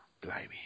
Blimey